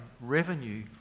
revenue